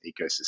ecosystem